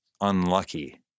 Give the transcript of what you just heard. unlucky